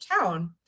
town